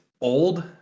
old